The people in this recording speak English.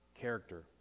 character